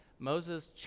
Moses